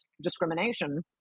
discrimination